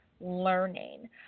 learning